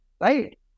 right